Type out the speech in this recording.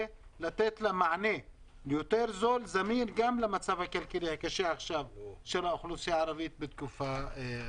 לתת לה מענה יותר זול וזמין גם למצב הכלכלי עכשיו בתקופה זאת.